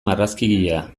marrazkigilea